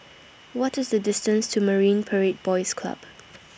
What IS The distance to Marine Parade Boys Club